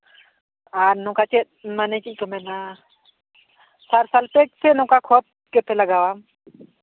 ᱟᱨ ᱱᱚᱝᱠᱟ ᱪᱮᱫ ᱢᱟᱱᱮ ᱪᱮᱫ ᱠᱚ ᱢᱮᱱᱟ ᱥᱟᱨ ᱥᱟᱨᱛᱮ ᱱᱚᱝᱠᱟ ᱠᱷᱚᱛ ᱪᱮᱫ ᱯᱮ ᱞᱟᱜᱟᱣᱟ